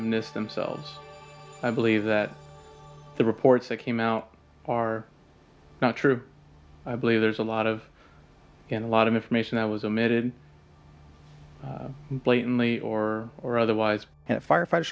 in this themselves i believe that the reports that came out are not true i believe there's a lot of in a lot of information that was a method blatantly or or otherwise and firefighters